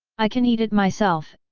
i can eat it myself,